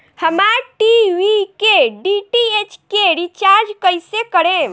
हमार टी.वी के डी.टी.एच के रीचार्ज कईसे करेम?